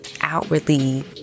outwardly